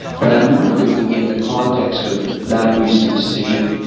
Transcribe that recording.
but i'm wondering in the context of that recent decision,